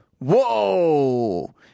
Whoa